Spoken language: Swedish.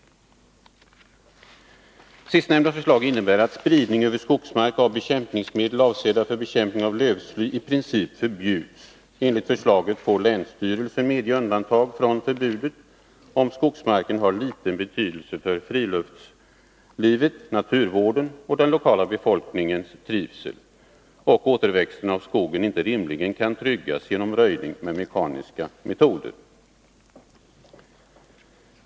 Sistnämnda förslag innebär att spridning över skogsmark av bekämpningsmedel avsedda för bekämpning av lövsly i princip förbjuds. Enligt förslaget får länsstyrelsen medge undantag från förbudet, om skogsmarken har liten betydelse för friluftslivet, naturvården och den lokala befolkningens trivsel och återväxten av skog inte rimligen kan tryggas 7 genom röjning med mekaniska metoder.